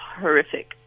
horrific